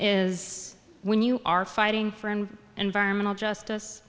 is when you are fighting for an environmental justice